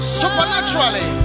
supernaturally